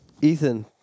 Ethan